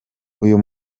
uyu